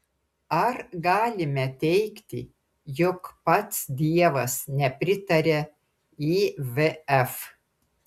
ar galime teigti jog pats dievas nepritaria ivf